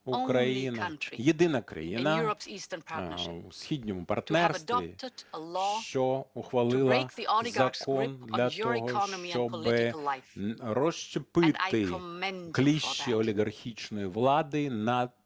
єдина країна в Східному партнерстві, що ухвалила закон для того, щоб розщепити кліщі олігархічної влади на